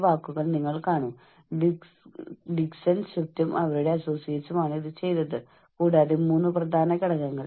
അതുകൊണ്ടാണ് മനഃശാസ്ത്രപരമായ സുരക്ഷാ പരിസ്ഥിതിയെക്കുറിച്ചുള്ള ഒരു ചർച്ച വളരെ പ്രാധാന്യമർഹിക്കുന്നത്